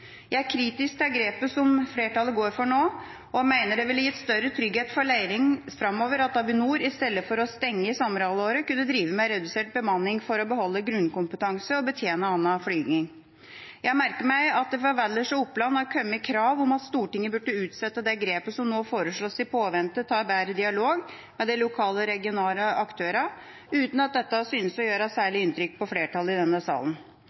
Jeg er kritisk til grepet som flertallet nå går for, og mener det ville gitt større trygghet for Leirin framover om Avinor, i stedet for å stenge i sommerhalvåret, kunne drive med redusert bemanning for å beholde grunnkompetanse og betjene annen flyvning. Jeg merker meg at det har kommet krav fra Valdres og Oppland om at Stortinget burde utsette det grepet som nå foreslås, i påvente av bedre dialog med de lokale og regionale aktørene – uten at dette synes å gjøre særlig inntrykk på flertallet i denne salen.